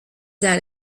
that